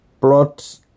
plot